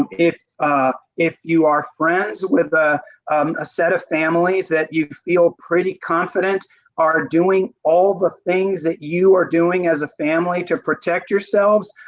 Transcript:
if if you are friends with ah um a set of families that you feel pretty confident are doing all of the things that you are doing as a family to protect yourself,